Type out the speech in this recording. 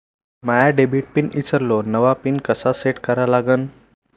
माया debit pin ईसरलो, नवा pin कसा सेट करा लागन?